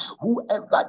whoever